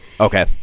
Okay